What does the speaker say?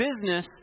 business